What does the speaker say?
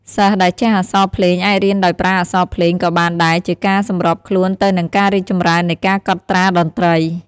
សិស្សដែលចេះអក្សរភ្លេងអាចរៀនដោយប្រើអក្សរភ្លេងក៏បានដែលជាការសម្របខ្លួនទៅនឹងការរីកចម្រើននៃការកត់ត្រាតន្ត្រី។